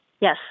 Yes